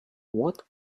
what